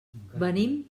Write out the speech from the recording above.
venim